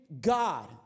God